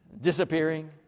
disappearing